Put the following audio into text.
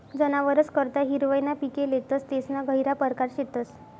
जनावरस करता हिरवय ना पिके लेतस तेसना गहिरा परकार शेतस